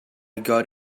got